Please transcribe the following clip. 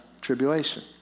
tribulation